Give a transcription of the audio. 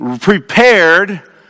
Prepared